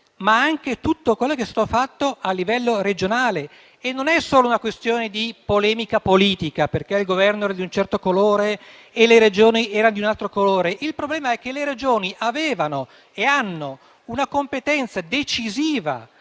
sia tutto quello che è stato fatto a livello regionale. Non è solo una questione di polemica politica, perché il Governo era di un certo colore e le Regioni era di un altro colore. Il problema è che le Regioni avevano e hanno una competenza decisiva